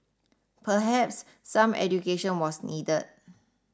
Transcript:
perhaps some education was needed